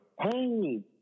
Hey